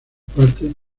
parte